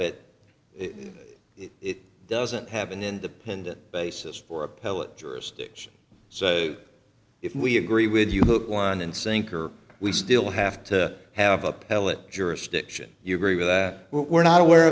it it doesn't have an independent basis for appellate jurisdiction so if we agree with you hook line and sinker we still have to have appellate jurisdiction you agree with that we're not aware